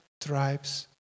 tribes